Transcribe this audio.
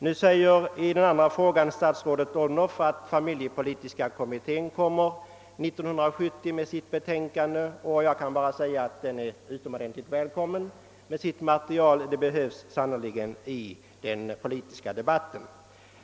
Statsrådet Odhnoff sade att familjepolitiska kommittén 1970 kommer att framlägga sitt betänkande. Det är utomordentligt välkommet — detta material behövs sannerligen i den politiska debatten.